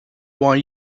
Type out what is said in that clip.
why